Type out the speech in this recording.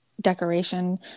decoration